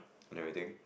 narrating